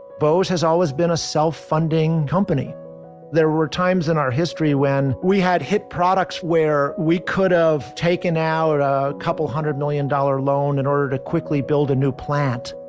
bose has always been a self-funding company there were times in our history when we had hit products, where we could have taken out a couple hundred million dollar loan in order to quickly build a new plant.